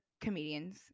comedians